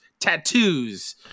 tattoos